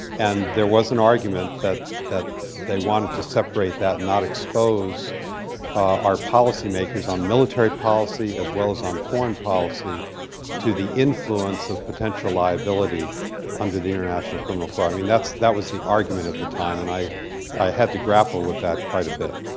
and there was an argument that that they wanted to separate that and not expose our policymakers on military policy as well as on foreign policy to the influence of potential liability under the international criminal court. i mean, that's that was the argument at the time. and i i had to grapple with that quite a bit.